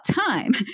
time